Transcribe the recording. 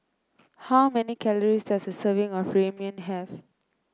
how many calories does a serving of Ramyeon have